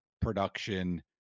production